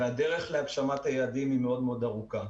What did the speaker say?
והדרך להגשמת היעדים היא מאוד ארוכה.